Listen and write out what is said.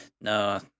No